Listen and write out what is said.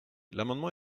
l’amendement